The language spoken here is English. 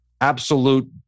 absolute